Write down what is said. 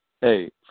hey